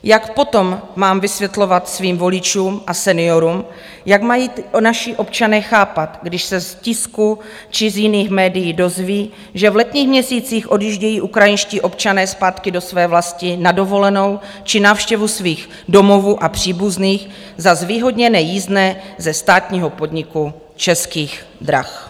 Jak potom mám vysvětlovat svým voličům a seniorům, jak mají naši občané chápat, když se z tisku či z jiných médií dozví, že v letních měsících odjíždějí ukrajinští občané zpátky do své vlasti na dovolenou či návštěvu svých domovů a příbuzných za zvýhodněné jízdné ze státního podniku Českých drah?